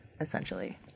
essentially